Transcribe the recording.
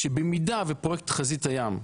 שבמידה ופרויקט חזית הים,